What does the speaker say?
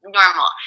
normal